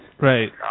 Right